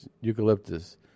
eucalyptus